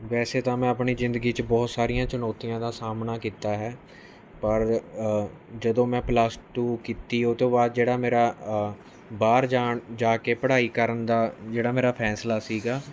ਵੈਸੇ ਤਾਂ ਮੈਂ ਆਪਣੀ ਜ਼ਿੰਦਗੀ 'ਚ ਬਹੁਤ ਸਾਰੀਆਂ ਚੁਣੌਤੀਆਂ ਦਾ ਸਾਹਮਣਾ ਕੀਤਾ ਹੈ ਪਰ ਜਦੋਂ ਮੈਂ ਪਲੱਸ ਟੂ ਕੀਤੀ ਉਹ ਤੋਂ ਬਾਅਦ ਜਿਹੜਾ ਮੇਰਾ ਬਾਹਰ ਜਾਣ ਜਾ ਕੇ ਪੜ੍ਹਾਈ ਕਰਨ ਦਾ ਜਿਹੜਾ ਮੇਰਾ ਫੈਸਲਾ ਸੀਗਾ